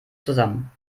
zusammen